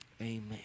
Amen